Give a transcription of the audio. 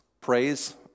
praise